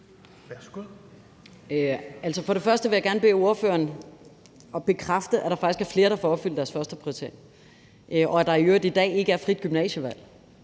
For det første vil jeg gerne bede ordføreren om at bekræfte, at der faktisk er flere, der får opfyldt deres førsteprioritering, og at der i øvrigt ikke i dag er frit gymnasievalg,